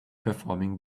performing